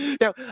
now